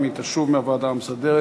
אם היא תשוב מהוועדה המסדרת.